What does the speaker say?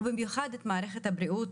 ובמיוחד את מערכת הבריאות.